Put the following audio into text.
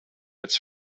its